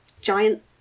giant